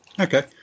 okay